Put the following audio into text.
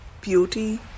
beauty